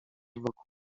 dworku